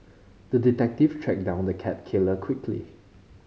the detective tracked down the cat killer quickly